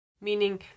meaning